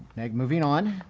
like moving on.